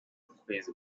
kwezi